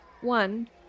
One